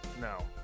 No